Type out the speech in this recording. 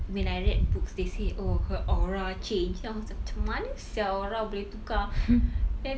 when I read books they say oh her aura change then I was like macam mana sia aura boleh tukar then